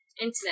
internet